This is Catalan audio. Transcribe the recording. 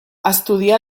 estudià